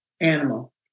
animal